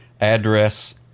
address